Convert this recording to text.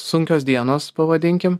sunkios dienos pavadinkim